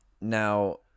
Now